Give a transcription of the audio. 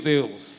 Deus